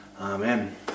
Amen